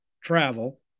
travel